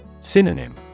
Synonym